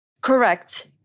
Correct